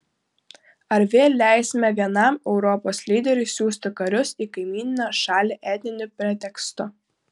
ar vėl leisime vienam europos lyderiui siųsti karius į kaimyninę šalį etniniu pretekstu